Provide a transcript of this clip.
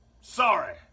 sorry